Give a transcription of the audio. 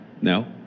No